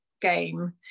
game